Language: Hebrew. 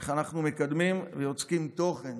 איך אנחנו מקדמים ויוצקים תוכן